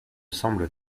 semble